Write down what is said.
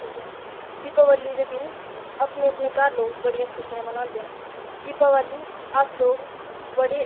ठीक ऐ दीपावली दे दिन अपने अपने घर लोग बड़ियां खुशियां मनांदे न दीपावली अस लोग बड़े